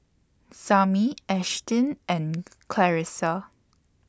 Samir Ashtyn and Clarissa